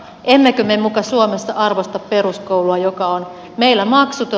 emmekö me muka suomessa arvosta peruskoulua joka on meillä maksuton